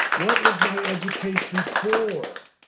what is my education for?